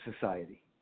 society